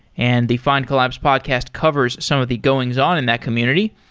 and the findcollabs podcast covers some of the goings on in that community.